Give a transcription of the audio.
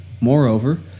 Moreover